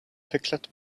pickled